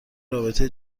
رابطه